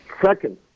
Second